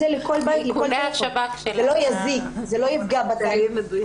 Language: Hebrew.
לא יזיק אם גם אתם תשלחו הודעה לכל בית ובית.